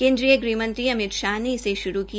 केंद्रीय गृह मंत्री अमित शाह ने इसे शुरू किया